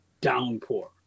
downpour